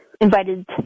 invited